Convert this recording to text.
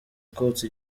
kotsa